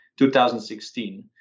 2016